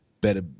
better